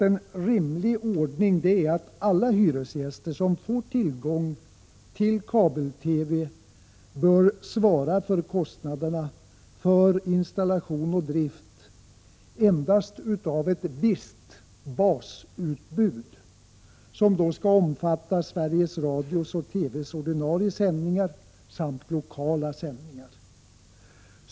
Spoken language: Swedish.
En rimlig ordning är då att alla hyresgäster som får tillgång till kabel-TV skall svara för kostnaderna för installation och drift endast i fråga om ett visst basutbud, som omfattar Sveriges Radios och TV:s ordinarie sändningar samt lokala sändningar.